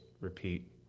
repeat